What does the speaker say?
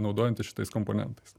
naudojantis šitais komponentais